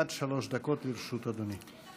עד שלוש דקות לרשות אדוני.